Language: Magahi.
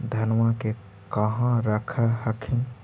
धनमा के कहा रख हखिन?